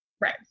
Right